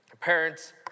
Parents